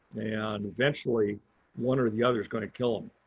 and eventually one or the other is going to kill them,